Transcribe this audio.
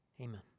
Amen